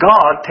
God